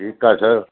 ठीकु आहे सर